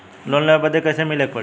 Loan लेवे बदी कैसे मिले के पड़ी?